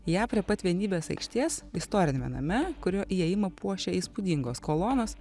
ją prie pat vienybės aikštės istoriniame name kurio įėjimą puošia įspūdingos kolonos